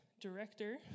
director